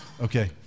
okay